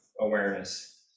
awareness